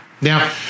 Now